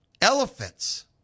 elephants